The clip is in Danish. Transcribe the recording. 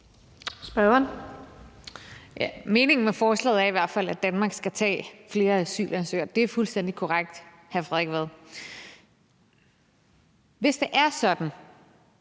Meningen med forslaget er i hvert fald, at Danmark skal tage imod flere asylansøgere. Det er fuldstændig korrekt, hr. Frederik Vad. Hvis det er sådan,